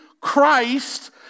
Christ